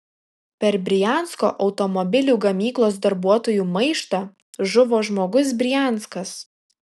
per briansko automobilių gamyklos darbuotojų maištą žuvo žmogus brianskas